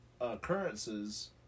occurrences